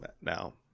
now